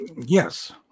Yes